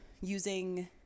Using